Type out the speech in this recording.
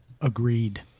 Agreed